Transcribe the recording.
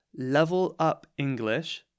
levelupenglish